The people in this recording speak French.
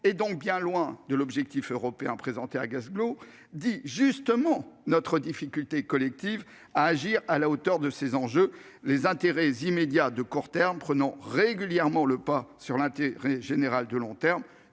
est donc bien loin de l'objectif européen présenté à Glasgow. Cela dit notre difficulté collective à agir à la hauteur de ces enjeux, les intérêts immédiats ou de court terme prenant régulièrement le pas sur l'intérêt général de long terme,